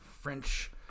French